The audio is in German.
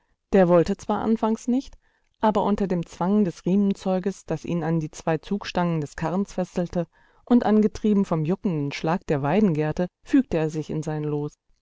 der wollte zwar anfangs nicht aber unter dem zwang des riemenzeuges das ihn an die zwei zugstangen des karrens fesselte und angetrieben vom juckenden schlag der weidengerte fügte er sich in sein los